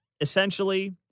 essentially